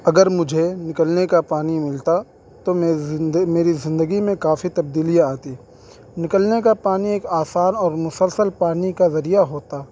اگر مجھے نکلنے کا پانی ملتا تو میں زند میری زندگی میں کافی تبدیلیاں آتی نکلنے کا پانی ایک آثار اور مسلسل پانی کا ذریعہ ہوتا